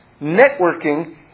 networking